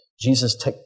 Jesus